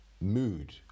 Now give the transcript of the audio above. mood